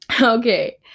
Okay